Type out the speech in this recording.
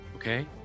Okay